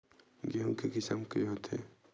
गेहूं के किसम के होथे?